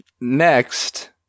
Next